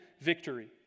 victory